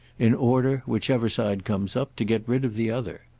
in order, whichever side comes up, to get rid of the other.